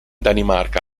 danimarca